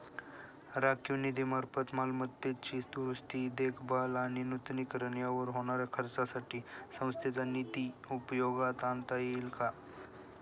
राखीव निधीमार्फत मालमत्तेची दुरुस्ती, देखभाल आणि नूतनीकरण यावर होणाऱ्या खर्चासाठी संस्थेचा निधी उपयोगात आणता येईल का?